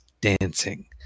dancing